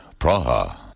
Praha